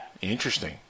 Interesting